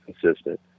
consistent